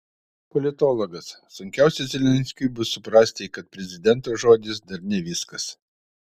politologas sunkiausia zelenskiui bus suprasti kad prezidento žodis dar ne viskas